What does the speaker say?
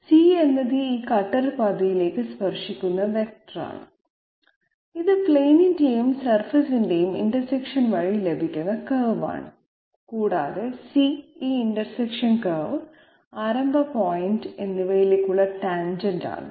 c എന്നത് ഈ cutter പാതയിലേക്ക് സ്പർശിക്കുന്ന വെക്ടറാണ് ഇത് പ്ലെയിനിന്റെയും സർഫേസിന്റെയും ഇന്റർസെക്ഷൻ വഴി ലഭിക്കുന്ന കർവാണ് കൂടാതെ c ഈ ഇന്റർസെക്ഷൻ കർവ് ആരംഭ പോയിന്റ് എന്നിവയിലേക്കുള്ള ടാൻജെന്റ് ആണ്